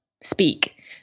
speak